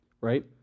Right